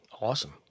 awesome